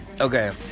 okay